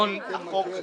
כן.